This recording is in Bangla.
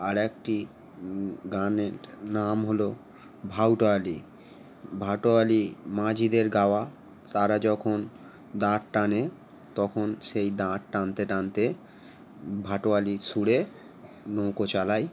আর একটি গানের নাম হলো ভাটিয়ালি ভাটিয়ালি মাঝিদের গাওয়া তারা যখন দাঁড় টানে তখন সেই দাঁড় টানতে টানতে ভাটিয়ালির সুরে নৌকো চালায়